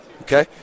Okay